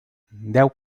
deu